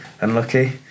unlucky